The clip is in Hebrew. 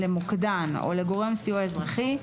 למוקדן או לגורם סיוע אזרחי,